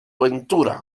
ventura